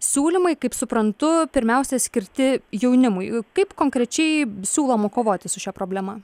siūlymai kaip suprantu pirmiausia skirti jaunimui kaip konkrečiai siūloma kovoti su šia problema